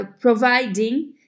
providing